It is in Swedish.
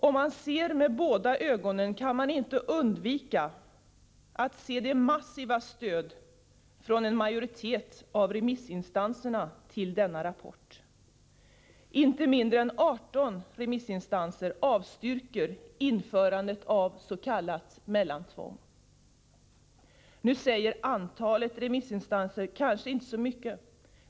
Om man ser med båda ögonen, kan man inte undgå att se det massiva stödet från en majoritet av de remissinstanser som yttrade sig över denna rapport. Inte mindre än 18 remissinstanser avstyrker införande av s.k. mellantvång. Nu säger antalet remissinstanser kanske inte så mycket.